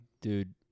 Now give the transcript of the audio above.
dude